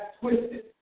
twisted